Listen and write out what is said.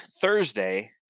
Thursday